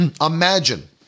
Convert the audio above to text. Imagine